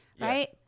Right